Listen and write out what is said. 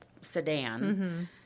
sedan